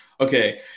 okay